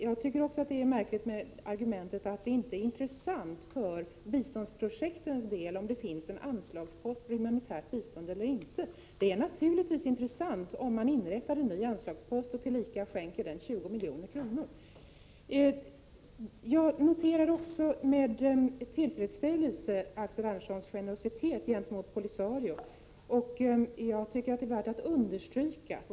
Jag tycker också att det är ett märkligt argument att det inte är intressant för biståndsprojektens del om det finns en anslagspost för humanitärt bistånd eller inte. Det är naturligtvis intressant om man inrättar en ny anslagspost och tillika skänker den 20 milj.kr. Jag noterar med tillfredsställelse Axel Anderssons generositet gentemot Polisario. Den är värd att understryka.